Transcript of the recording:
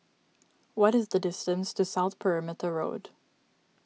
what is the distance to South Perimeter Road